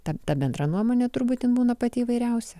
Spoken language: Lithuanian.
ta ta bendra nuomonė truputį būna pati įvairiausia